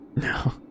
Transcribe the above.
No